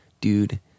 dude